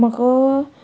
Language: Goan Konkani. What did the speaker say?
म्हाका